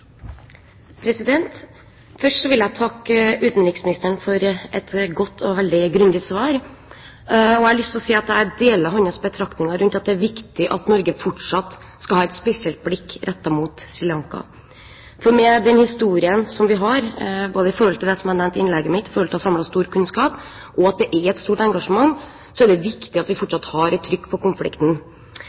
veldig grundig svar, og jeg har lyst til å si at jeg deler hans betraktninger rundt at det er viktig at Norge fortsatt skal ha et spesielt blikk rettet mot Sri Lanka. Med den historien som vi har, både med hensyn til det jeg nevnte i innlegget mitt om å samle stor kunnskap, og med hensyn til at det er et stort engasjement, er det viktig at vi fortsatt har et trykk på konflikten,